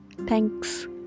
thanks